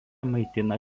maitina